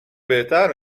بهتر